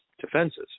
defenses